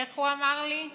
איך הוא אמר לי,